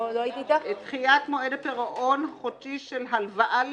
דחיית מועד הפירעון החודשי של הלוואה לדיור.